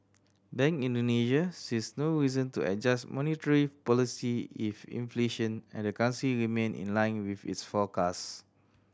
Bank Indonesia sees no reason to adjust monetary policy if inflation and the currency remain in line with its forecast